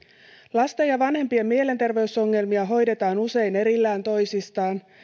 lasten ja vanhempien mielenterveysongelmia hoidetaan usein erillään toisistaan